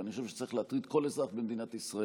ואני חושב שזה צריך להטריד כל אזרח במדינת ישראל,